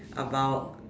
about